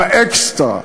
באקסטרה,